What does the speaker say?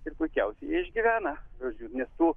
ir puikiausiai jie išgyvena žodžiu nes tų